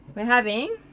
we're having,